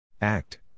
Act